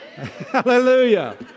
Hallelujah